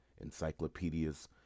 encyclopedias